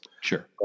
Sure